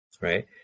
right